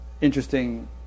interesting